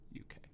UK